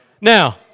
Now